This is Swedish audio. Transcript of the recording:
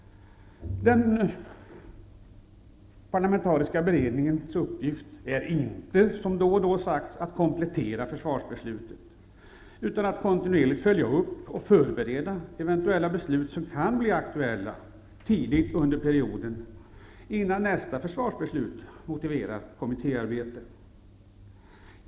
Den parlamentariska beredningens uppgift är inte, som då och då har sagts, att komplettera försvarsbeslutet utan att kontinuerligt följa upp och förbereda eventuella beslut som kan bli aktuella tidigt under perioden -- innan nästa försvarsbeslut motiverar ett kommittéarbete.